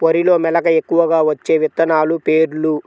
వరిలో మెలక ఎక్కువగా వచ్చే విత్తనాలు పేర్లు?